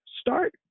start